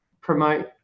promote